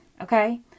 okay